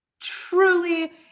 truly